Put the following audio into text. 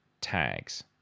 tags